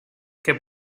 que